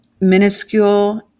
minuscule